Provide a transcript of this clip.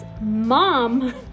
mom